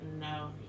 no